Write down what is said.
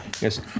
Yes